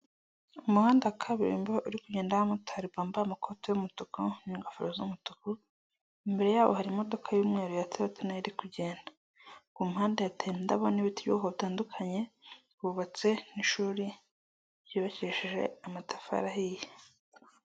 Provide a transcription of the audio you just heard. Umuhanda wa kaburimbo uri kugendaho abamotari bambaye amakoti y'umutuku n'ingofero z'umutuku, imbere yabo hari imodoka y'umweru ya toyota nayo irikugenda. Ku muhanda hateye indabo n'ibiti by'ubwoko butandukanye, hubatse n'ishuri ryubakishije amatafari ahiye.